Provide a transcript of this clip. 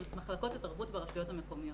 של מחלקות התרבות ברשויות המקומיות.